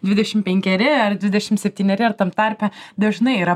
dvidešim penkeri ar dvidešim septyneri ar tam tarpe dažnai yra